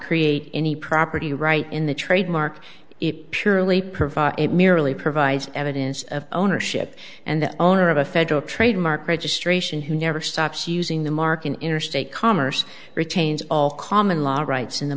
create any property right in the trademark it purely provide it merely provides evidence of ownership and the owner of a federal trademark registration who never stops using the mark in interstate commerce retains all common law rights in the